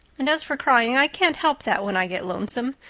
and as for crying, i can't help that when i get lonesome.